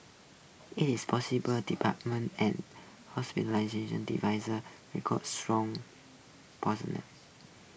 its department and hospitality divisions recorded strong